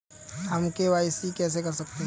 हम के.वाई.सी कैसे कर सकते हैं?